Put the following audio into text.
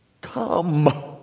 Come